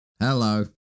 Hello